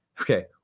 Okay